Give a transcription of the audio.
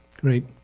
Great